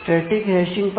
static hashing